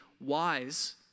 wise